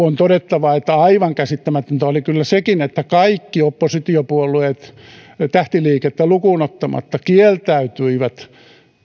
on todettava että aivan käsittämätöntä oli kyllä sekin että kaikki oppositiopuolueet tähtiliikettä lukuun ottamatta kieltäytyivät